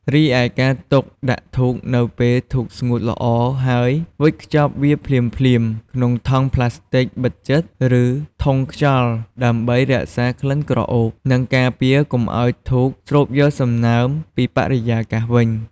រីឯការទុកដាក់ធូបនៅពេលធូបស្ងួតល្អហើយវេចខ្ចប់វាភ្លាមៗក្នុងថង់ប្លាស្ទិកបិទជិត ឬធុងខ្យល់ដើម្បីរក្សាក្លិនក្រអូប និងការពារកុំឱ្យធូបស្រូបយកសំណើមពីបរិយាកាសវិញ។